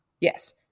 Yes